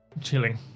Chilling